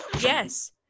Yes